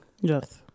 Yes